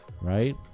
right